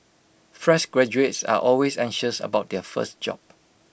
fresh graduates are always anxious about their first job